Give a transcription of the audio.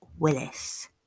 Willis